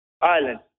island